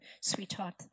sweetheart